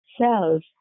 cells